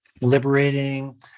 liberating